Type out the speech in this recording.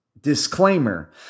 disclaimer